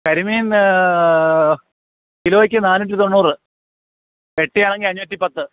കരിമീൻ കിലോയ്ക്ക് നാന്നൂറ്റി തൊണ്ണൂറ് പച്ചയാണെങ്കിൽ അഞ്ഞൂറ്റി പത്ത്